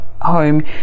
home